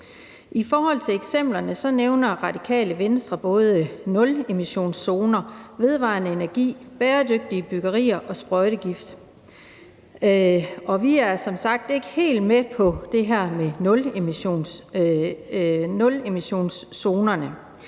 I eksemplerne nævner Radikale Venstre både nulemissionszoner, vedvarende energi, bæredygtige byggerier og sprøjtegift. Vi er som sagt ikke helt med på det her med nulemissionszonerne.